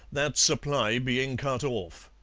that supply being cut off